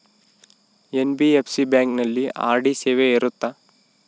NBFC ಬ್ಯಾಂಕಿನಲ್ಲಿ RD ಸೇವೆ ಇರುತ್ತಾ?